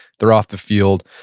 they're off the field.